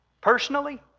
personally